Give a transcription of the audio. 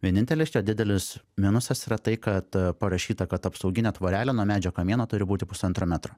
vienintelis čia didelis minusas yra tai kad parašyta kad apsauginė tvorelė nuo medžio kamieno turi būti pusantro metro